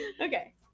Okay